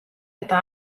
eta